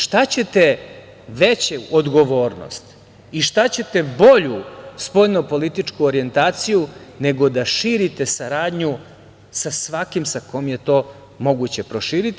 Šta ćete veću odgovornost i šta ćete bolju spoljnopolitičku organizaciju nego da širite saradnju sa svakim sa kim je to moguće proširiti.